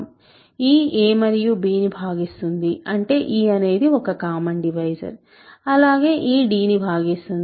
e a మరియు b ను భాగిస్తుంది అంటే e అనేది ఒక కామన్ డివైజర్ అలాగే e d ను భాగిస్తుంది